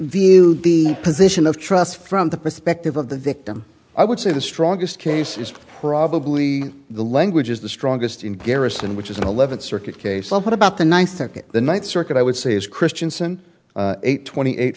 view the position of trust from the perspective of the victim i would say the strongest case is probably the language is the strongest in garrison which is an eleventh circuit case so what about the ninth circuit the ninth circuit i would say is christianson eight twenty eight